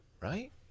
Right